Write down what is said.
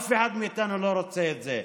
אף אחד מאיתנו לא רוצה את זה.